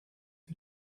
you